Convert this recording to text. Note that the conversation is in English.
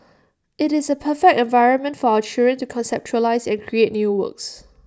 IT is A perfect environment for our children to conceptualise and create new works